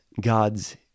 God's